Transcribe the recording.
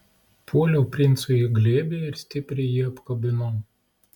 puoliau princui į glėbį ir stipriai jį apkabinau